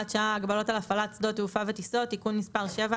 שעה) (הגבלות על הפעלת שדות תעופה וטיסות) (תיקון מס' 7),